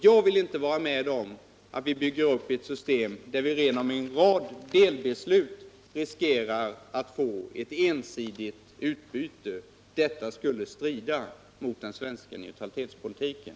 Jag vill inte vara med om att bygga upp ett system där vi genom en rad delbeslut riskerar att få ett ensidigt utbyte. Detta skulle strida mot den svenska neutralitetspolitiken.